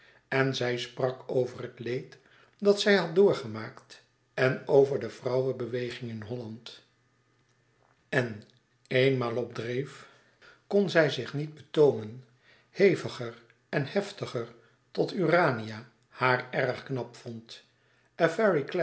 en zij sprak over het leed dat zij had doorgemaakt en over de vrouwen beweging in holland en eenmaal op dreef kon zij zich niet betoomen e ids aargang heviger en heftiger tot urania haar erg knap vond